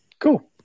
Cool